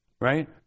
Right